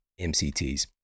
MCTs